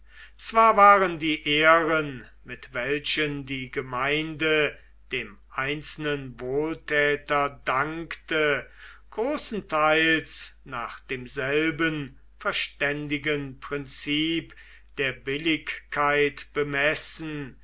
zwar waren die ehren mit welchen die gemeinde dem einzelnen wohltäter dankte großenteils nach demselben verständigen prinzip der billigkeit bemessen